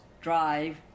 drive